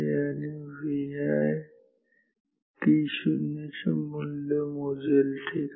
हे Vi चे मूल्य मोजेल ठीक आहे